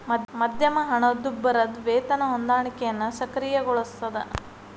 ಮಧ್ಯಮ ಹಣದುಬ್ಬರದ್ ವೇತನ ಹೊಂದಾಣಿಕೆಯನ್ನ ಸಕ್ರಿಯಗೊಳಿಸ್ತದ